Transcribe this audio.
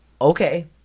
Okay